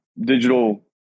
digital